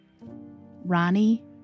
Ronnie